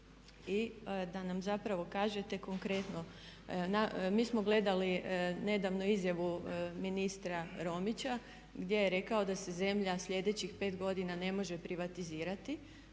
i da nam zapravo kažete konkretno. Mi smo gledali nedavno izjavu ministra Romića gdje je rekao da se zemlja sljedećih pet godina ne može privatizirati,